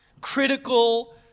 critical